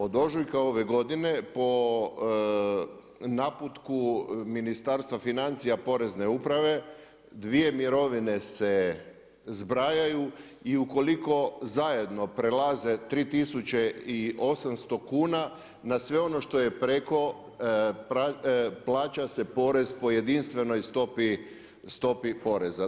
Od ožujka ove godine po naputku Ministarstva financija Porezne uprave, dvije mirovine se zbrajaju i ukoliko zajedno prelaze 3 800 kuna, na sve ono što je preko, plaća se porez po jedinstvenoj stopi poreza.